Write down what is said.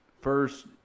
first